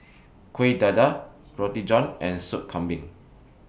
Kuih Dadar Roti John and Soup Kambing